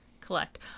collect